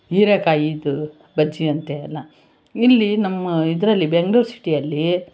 ಹೀರೆಕಾಯಿದು ಬಜ್ಜಿ ಅಂತೆ ಎಲ್ಲ ಇಲ್ಲಿ ನಮ್ಮ ಇದರಲ್ಲಿ ಬೆಂಗ್ಳೂರು ಸಿಟಿಯಲ್ಲಿ